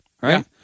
right